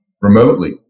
remotely